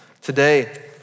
Today